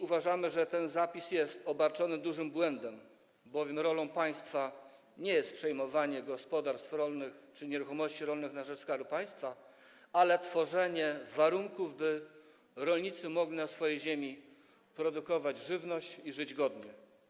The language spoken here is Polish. Uważamy, że ten zapis jest obarczony dużym błędem, bowiem rolą państwa nie jest przenoszenie własności gospodarstw rolnych czy nieruchomości rolnych na rzecz Skarbu Państwa, ale tworzenie warunków, by rolnicy mogli na swojej ziemi produkować żywność i żyć godnie.